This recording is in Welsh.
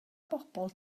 bobol